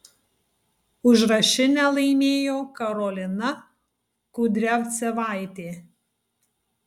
užrašinę laimėjo karolina kudriavcevaitė